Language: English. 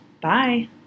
Bye